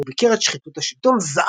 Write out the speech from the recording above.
שבו ביקר את שחיתות השלטון,